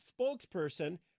spokesperson